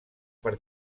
per